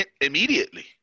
Immediately